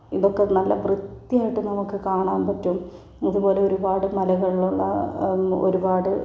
ഇതൊക്കെ നല്ല വൃത്തിയായിട്ട് നമുക്ക് കാണാൻ പറ്റും അതുപോലെ ഒരുപാട് മലകൾ ഉള്ള ഒരുപാട്